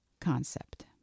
concept